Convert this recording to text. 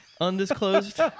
undisclosed